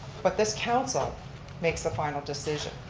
but this council makes the final decision.